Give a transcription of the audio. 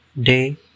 day